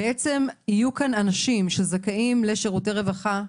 יהיו כאן אנשים שזכאים לשירותי רווחה,